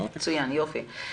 מצוין, יופי.